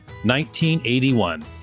1981